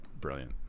brilliant